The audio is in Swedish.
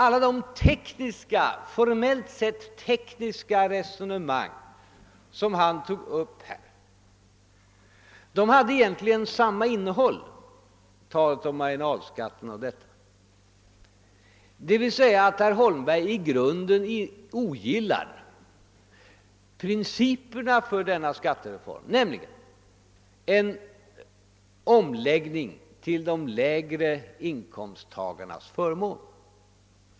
Alla de formellt sett tekniska resonemang som han gick in på hade egentligen samma innehåll — talet om marginalskatterna m.m. Herr Holmberg ogillar alltså i själva verket principerna för denna skattereform, nämligen en omläggning till de lägre inkomsttagarnas förmån.